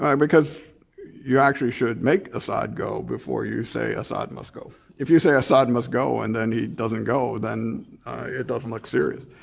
um because you actually should make assad go before you say assad must go. if you say assad must go and then he doesn't go then it doesn't look serious.